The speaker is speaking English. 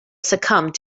succumbed